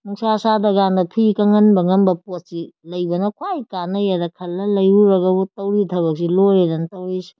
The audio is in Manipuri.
ꯅꯨꯡꯁꯥ ꯁꯥꯗ꯭ꯔꯀꯥꯟꯗ ꯐꯤ ꯀꯪꯍꯟꯕ ꯉꯝꯕ ꯄꯣꯠꯁꯤ ꯂꯩꯕꯅ ꯈ꯭ꯋꯥꯏ ꯀꯥꯟꯅꯩꯌꯦꯅ ꯈꯜꯂ ꯂꯩꯔꯨꯔꯒꯕꯨ ꯇꯧꯔꯤ ꯊꯕꯛꯁꯤ ꯂꯣꯏꯔꯦꯗꯅ ꯇꯧꯔꯤꯁꯤ